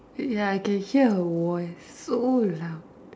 ya I can hear her voice so loud